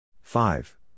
Five